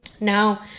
Now